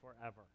forever